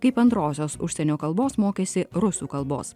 kaip antrosios užsienio kalbos mokėsi rusų kalbos